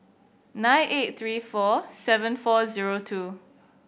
nine eight three four seven four zero two